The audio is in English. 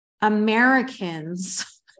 Americans